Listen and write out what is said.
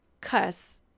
cuss